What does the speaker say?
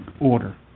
order